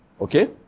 okay